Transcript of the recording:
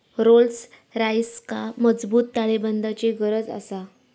Rolls रॉइसका मजबूत ताळेबंदाची गरज आसा